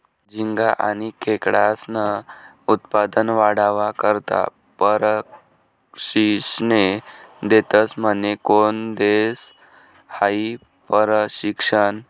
झिंगा आनी खेकडास्नं उत्पन्न वाढावा करता परशिक्षने देतस म्हने? कोन देस हायी परशिक्षन?